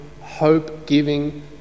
hope-giving